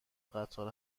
قطار